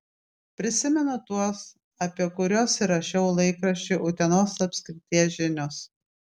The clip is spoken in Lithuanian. prisimenu tuos apie kuriuos rašiau laikraščiui utenos apskrities žinios